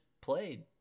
played